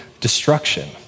destruction